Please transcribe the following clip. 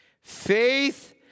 Faith